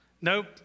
Nope